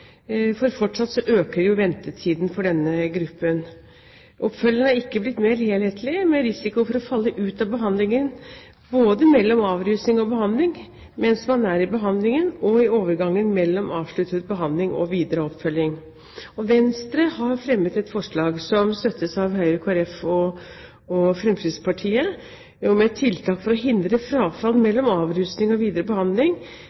for fortsatt øker ventetiden for denne gruppen. Oppfølgingen har ikke blitt mer helhetlig med risiko for å falle ut av behandlingen mellom avrusning og behandling, mens man er i behandlingen, og i overgangen mellom avsluttet behandling og videre oppfølging. Venstre har fremmet et forslag, som støttes av Høyre, Kristelig Folkeparti og Fremskrittspartiet, om et tiltak for å hindre frafall mellom avrusning og videre behandling.